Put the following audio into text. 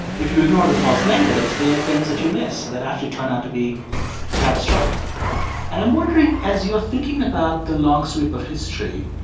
if you ignore the false negatives, they're the things that you miss that actually turn out to be catastrophic and i'm wondering. as you're thinking about the long sweep of history,